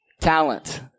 Talent